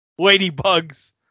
Ladybugs